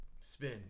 spin